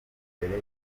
cyagiye